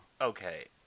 okay